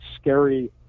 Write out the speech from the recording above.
scary